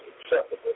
acceptable